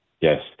Yes